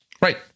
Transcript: Right